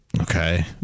okay